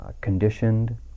conditioned